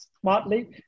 smartly